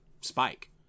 spike